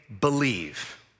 believe